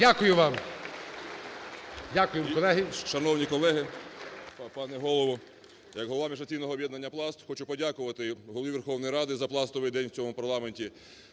Дякую вам. Дякую, колеги.